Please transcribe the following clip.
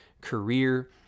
career